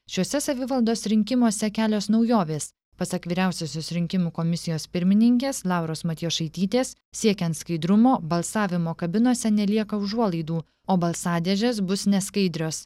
šiuose savivaldos rinkimuose kelios naujovės pasak vyriausiosios rinkimų komisijos pirmininkės lauros matjošaitytės siekiant skaidrumo balsavimo kabinose nelieka užuolaidų o balsadėžės bus neskaidrios